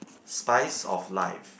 spice of life